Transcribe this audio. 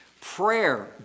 Prayer